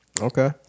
Okay